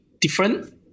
different